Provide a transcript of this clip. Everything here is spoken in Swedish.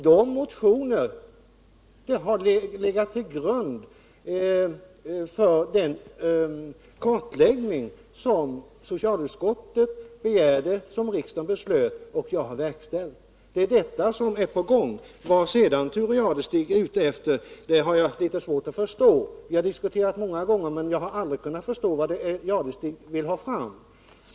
Dessa motioner har legat till grund för den kartläggning som socialutskottet begärde och riksdagen beslöt om och jag har verkställt. Det är detta som är på gång. Vad det sedan är som Thure Jadestig är ute efter har jag svårt att förstå. Vi har diskuterat saken många gånger, men jag har aldrig kunnat förstå vad det är som Thure Jadestig vill ha fram.